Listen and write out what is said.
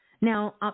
Now